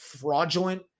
fraudulent